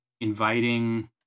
inviting